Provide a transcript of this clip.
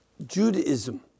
Judaism